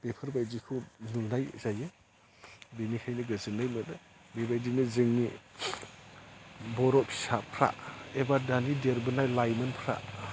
बेफोरबायदिखौ दुनदाय जायो बिनिखायनो गोजोननाय मोनो बेबायदिनो जोंनि बर' फिसाफ्रा एबा दानि देरबोनाय लाइमोनफ्रा